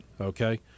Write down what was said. okay